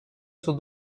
sus